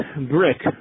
brick